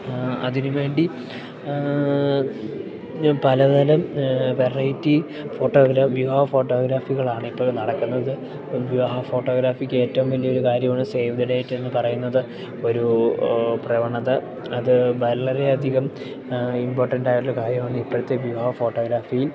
അതിനുവേണ്ടി ഞാൻ പലതരം വെറൈറ്റി ഫോട്ടോഗ്രാഫി വിവാഹ ഫോട്ടോഗ്രാഫികളാണ് ഇപ്പഴ് നടക്കുന്നത് വിവാഹ ഫോട്ടോഗ്രാഫിക്ക് ഏറ്റവും വലിയൊരു കാര്യവാണ് സേവ് ദ ഡേറ്റെന്ന് പറയുന്നത് ഒരു പ്രവണത അത് വളരെയധികം ഇംപോർട്ടന്റ് ആയിട്ടുള്ള കാര്യമാണ് ഇപ്പഴത്തെ വിവാഹ ഫോട്ടോഗ്രാഫി